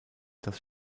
das